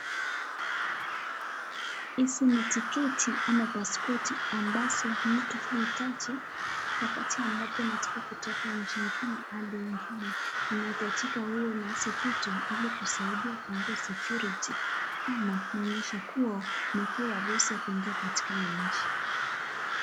Hizi ni tiketi ama paspoti ambazo mtu huhitaji wakati ambapo unataka kutoka nchi ingine hadi ingine. Unahitajika uwe na hizo vitu ilikusaidiya kuunga security ama kuonyesha kuwa umepewa ruhusu kuingia katika hiyo nchi.